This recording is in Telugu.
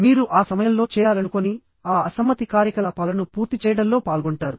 మీరు ఆ సమయంలో చేయాలనుకోని ఆ అసమ్మతి కార్యకలాపాలను పూర్తి చేయడంలో పాల్గొంటారు